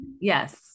yes